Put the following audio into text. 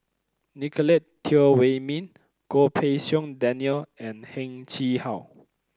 Nicolette Teo Wei Min Goh Pei Siong Daniel and Heng Chee How